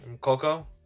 Coco